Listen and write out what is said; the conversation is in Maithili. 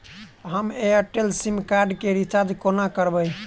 हम एयरटेल सिम कार्ड केँ रिचार्ज कोना करबै?